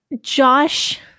Josh